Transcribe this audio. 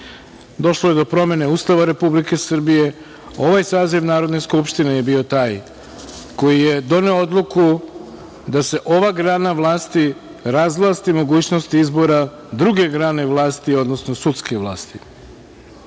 je do promene Ustava Republike Srbije. Ovaj saziv Narodne skupštine je bio taj koji je doneo odluku da se ova grana vlasti razvlasti mogućnosti izbora druge grane vlasti, odnosno sudske vlasti,